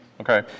Okay